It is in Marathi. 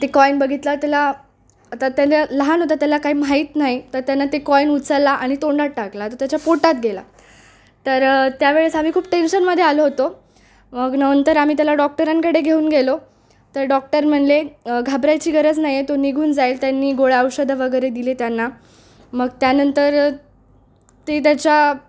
ते कॉईन बघितलं त्याला आता त्याला लहान होता त्याला काही माहीत नाही तर त्यांनं ते कॉईन उचालला आणि तोंडात टाकला तर त्याच्या पोटात गेला तर त्यावेळेस आम्ही खूप टेन्शनमध्ये आलो होतो मग नंतर आम्ही त्याला डॉक्टरांकडे घेऊन गेलो तर डॉक्टर म्हणले घाबरायची गरज नाही आहे तो निघून जाईल त्यांनी गोळ्या औषधं वगैरे दिले त्यांना मग त्यानंतर ते त्याच्या